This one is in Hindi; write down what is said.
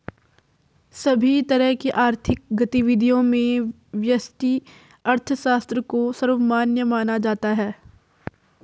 सभी तरह की आर्थिक गतिविधियों में व्यष्टि अर्थशास्त्र को सर्वमान्य माना जाता है